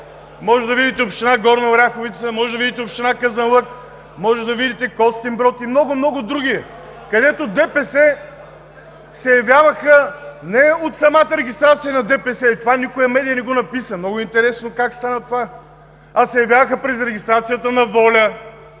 Може да видите община Горна Оряховица, може да видите община Казанлък, може да видите Костинброд и много, много други, където ДПС се явяваха не от самата регистрация на ДПС – това никоя медия не го написа, много интересно как стана това, а се явяваха през регистрацията на ВОЛЯ,